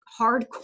hardcore